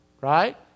right